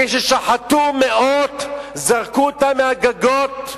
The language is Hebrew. כששחטו מאות וזרקו אותם מהגגות?